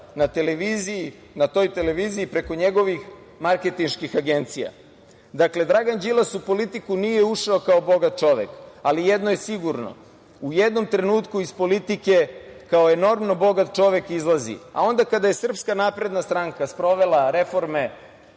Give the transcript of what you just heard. prostora na toj televiziji preko njegovih marketinških agencija. Dakle, Dragan Đilas u politiku nije ušao kao bogat čovek, ali jedno je sigurno, u jednom trenutku iz politike kao enormno bogat čovek izlazi. Onda, kada je SNS sprovela reforme